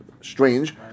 strange